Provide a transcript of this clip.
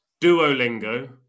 Duolingo